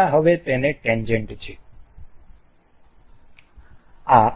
આ હવે તેને ટેન્જેન્ટ છે આ